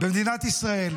במדינת ישראל,